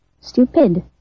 Stupid